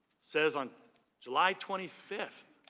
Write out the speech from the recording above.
says on july twenty fifth